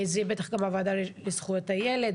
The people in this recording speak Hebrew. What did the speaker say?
זה יהיה בטח גם בוועדה לזכויות הילד,